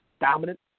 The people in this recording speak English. dominant